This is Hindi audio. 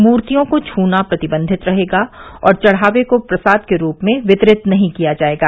मूर्तियों को छना प्रतिबंधित रहेगा और चढ़ावे को प्रसाद के रूप में वितरित नहीं किया जाएगा